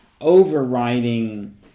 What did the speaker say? overriding